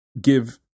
give